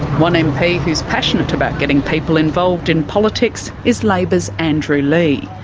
one mp who's passionate about getting people involved in politics is labor's andrew leigh.